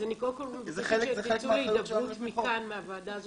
אז אני קודם כל מבקשת שתצאו להידברות מהוועדה הזאת,